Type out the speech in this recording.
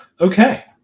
Okay